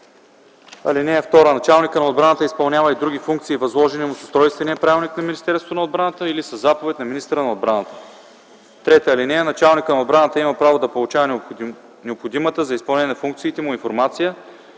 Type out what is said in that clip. (2) Началникът на отбраната изпълнява и други функции, възложени му с Устройствения правилник на Министерството на отбраната или със заповед на министъра на отбраната. (3) Началникът на отбраната има право да получава необходимата за изпълнение на функциите му информация